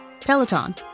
Peloton